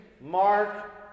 mark